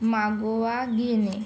मागोवा घेणे